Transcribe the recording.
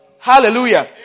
Hallelujah